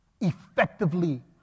effectively